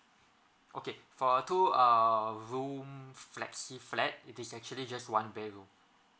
okay far a two err room flexi flat it is actually just one bedroom